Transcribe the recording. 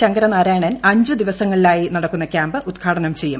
ശങ്കരനാരായണൻ അഞ്ചു ദ്വിവസങ്ങളിലായി നടക്കുന്ന ക്യാമ്പ് ഉൽഘാടനം ചെയ്യും